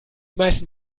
meisten